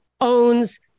owns